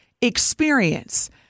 experience